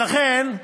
לכן,